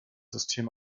system